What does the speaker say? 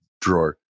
drawer